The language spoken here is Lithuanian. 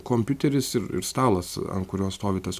kompiuteris ir ir stalas ant kurio stovi tas